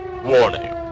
Warning